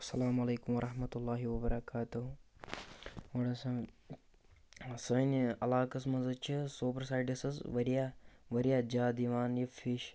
اَلسَلامُ علیکُم وَرحمتُہ اللہِ وَبَرَکاتہوٗ گۄڈٕ ہَسا سانہِ علاقَس منٛز حظ چھِ سوپورٕ سایڈَس حظ واریاہ واریاہ زیادٕ یِوان یہِ فِش